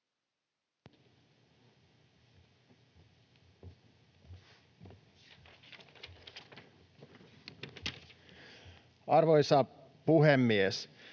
Arvoisa puhemies!